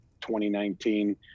2019